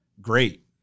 great